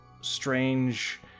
strange